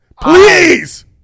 please